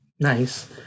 Nice